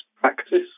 practice